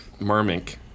marmink